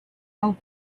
old